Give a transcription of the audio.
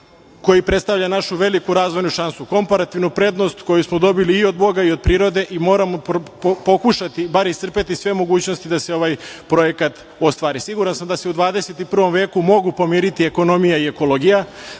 koji prestavlja našu veliku razvojnu šansu, komparativnu prednost koju smo dobili i od Boga i od prirode i moramo pokušati bar iscrpeti sve mogućnosti da se ovaj projekat ostvari. Siguran sam da se u 21. veku mogu pomiriti ekonomija i ekologija,